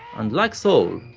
and like soul,